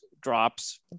drops